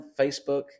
Facebook